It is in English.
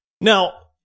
Now